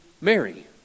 Mary